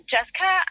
Jessica